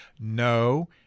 No